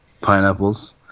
pineapples